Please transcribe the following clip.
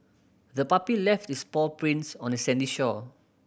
the puppy left its paw prints on the sandy shore